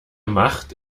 macht